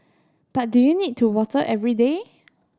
but do you need to water every day